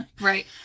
Right